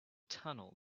tunnel